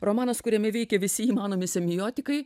romanas kuriame veikia visi įmanomi semiotikai